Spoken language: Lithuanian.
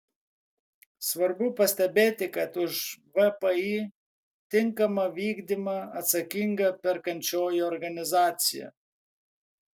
svarbu pastebėti kad už vpį tinkamą vykdymą atsakinga perkančioji organizacija